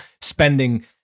spending